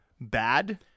bad